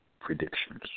predictions